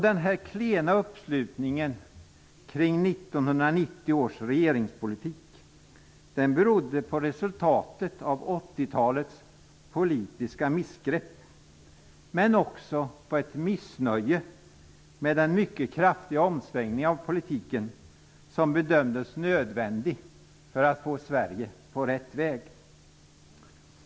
Den klena uppslutningen kring 1990 års regeringspolitik berodde på resultatet av 1980-talets politiska missgrepp, men också på ett missnöje med den mycket kraftiga omsvängning av politiken som bedömdes för att få Sverige på rätt väg.